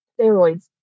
steroids